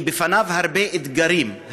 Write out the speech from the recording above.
כי בפניו הרבה אתגרים,